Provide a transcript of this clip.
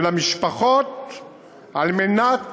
ולמשפחות על מנת